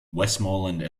westmoreland